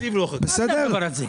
מה זה הדבר הזה?